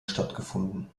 stattgefunden